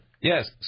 Yes